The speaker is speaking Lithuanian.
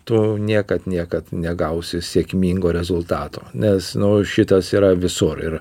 to niekad niekad negausi sėkmingo rezultato nes nu šitas yra visur ir